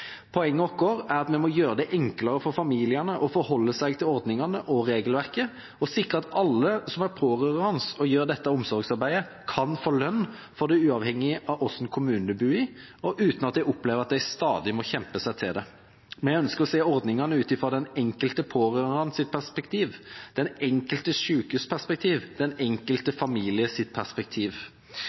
Poenget vårt er at vi må gjøre det enklere for familiene å forholde seg til ordningene og regelverket og sikre at alle som er pårørende og gjør dette omsorgsarbeidet, kan få lønn for det, uavhengig av hvilken kommune en bor i, og uten at de opplever at de stadig må kjempe seg til det. Vi ønsker å se ordningene ut fra den enkelte pårørende sitt perspektiv, den enkelte syke sitt perspektiv, den enkelte familie sitt perspektiv.